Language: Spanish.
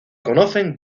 conocen